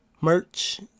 merch